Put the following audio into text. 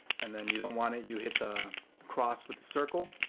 and then you don't want it. you hit the cross with the circle.